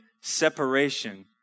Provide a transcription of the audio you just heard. separation